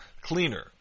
cleaner